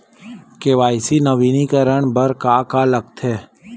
KYC नवीनीकरण बर का का लगथे?